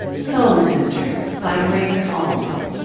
soul sister by grace halsell.